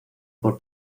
por